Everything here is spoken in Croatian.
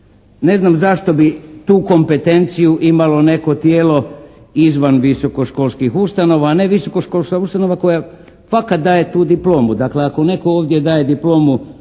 Ne znam zašto bi tu kompetenciju imalo neko tijelo izvan visokoškolskih ustanova, a ne visokoškolska ustanova koja fakat daje tu diplomu. Dakle ako netko ovdje daje diplomu